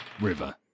river